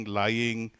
lying